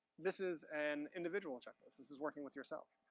this is an individual checklist. this is working with yourself.